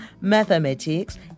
mathematics